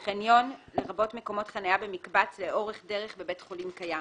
"חניון" - לרבות מקומות חניה במקבץ לאורך דרך בבית חולים קיים,